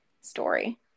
story